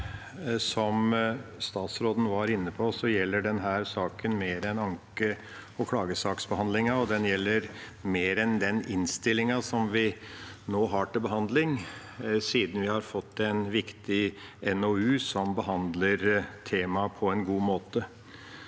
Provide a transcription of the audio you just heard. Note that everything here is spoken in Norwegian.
Som statsråd- en var inne på, gjelder denne saken mer enn anke- og klagesaksbehandlingen, og den gjelder mer enn den innstillinga vi nå har til behandling, siden vi har fått en viktig NOU som behandler temaet på en god måte.